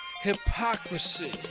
hypocrisy